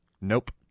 Nope